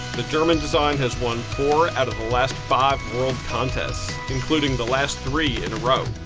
the german design has won four out of the last five world contests, including the last three in a row.